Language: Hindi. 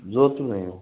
जोधपुर में हूँ वो